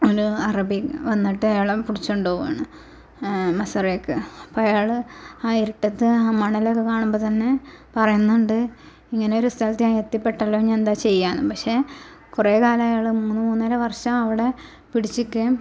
ഒരു അറബി വന്നിട്ട് അയാളെ പിടിച്ചോണ്ട് പോവാണ് മസ്സറക്ക് അപ്പോൾ അയാൾ ആ ഇരുട്ടത്ത് ആ മണലക്കെ കാണുമ്പത്തന്നെ പറയുന്നുണ്ട് ഇങ്ങനെയൊരു സ്ഥലത്ത് ഞാന് എത്തിപ്പെട്ടല്ലോ ഞാനെന്താ ചെയ്യാന്ന് പക്ഷേ കുറെ കാലം അയൾ മൂന്ന് മൂന്നര വര്ഷം അവടെ പിടിച്ച് നിക്കേം